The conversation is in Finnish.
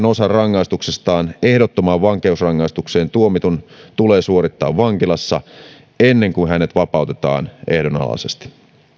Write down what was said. osa rangaistuksestaan ehdottomaan vankeusrangaistukseen tuomitun tulee suorittaa vankilassa ennen kuin hänet vapautetaan ehdonalaisesti